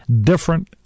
different